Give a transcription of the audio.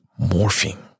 morphing